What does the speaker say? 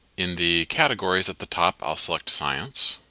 in the categories at the top, i'll select science.